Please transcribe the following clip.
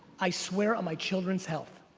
i swear on my children's health.